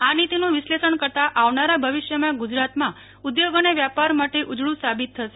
આ નીતિનું વિશ્લેષણ કરતા આવનારા ભવિષ્યમાં ગુજરાત ઉદ્યોગ અને વ્યાપાર માટે ઉજળું સાબિત થશે